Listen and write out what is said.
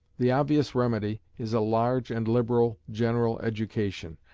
the obvious remedy is a large and liberal general education,